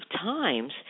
times